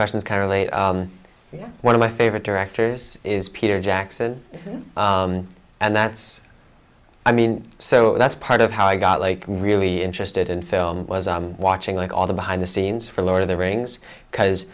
questions can relate to one of my favorite directors is peter jackson and that's i mean so that's part of how i got like really interested in film was watching like all the behind the scenes for lord of the rings because